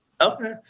Okay